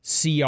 CR